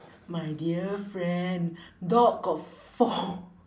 my dear friend dog got four